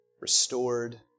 restored